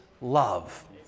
love